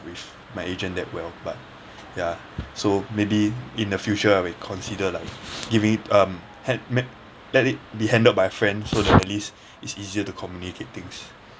with my agent that well but ya so maybe in the future will consider like giving it um ha~ m~ let it be handled by a friend so that at least is easier to communicate things